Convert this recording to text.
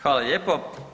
Hvala lijepo.